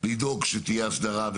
שתהיה הסדרה.